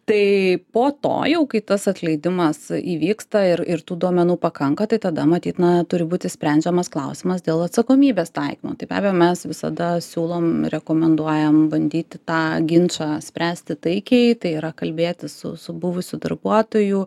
tai po to jau kai tas atleidimas įvyksta ir ir tų duomenų pakanka tai tada matyt na turi būti sprendžiamas klausimas dėl atsakomybės taikymo tai be abejo mes visada siūlom rekomenduojam bandyti tą ginčą spręsti taikiai tai yra kalbėtis su su buvusiu darbuotoju